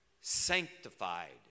sanctified